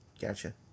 Gotcha